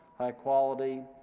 high quality,